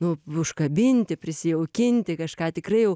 nu užkabinti prisijaukinti kažką tikrai jau